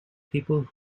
people